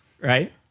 right